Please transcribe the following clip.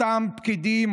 אותם פקידים,